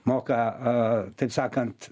moka a taip sakant